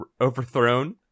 overthrown